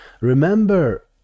remember